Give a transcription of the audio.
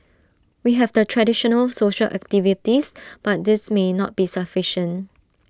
we have the traditional social activities but these may not be sufficient